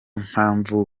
mpamvu